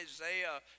Isaiah